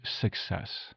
success